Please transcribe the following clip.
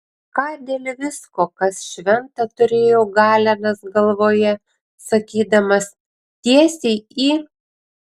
ką dėl visko kas šventa turėjo galenas galvoje sakydamas tiesiai į